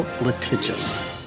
litigious